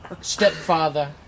stepfather